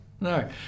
No